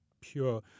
pure